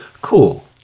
cool